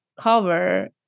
cover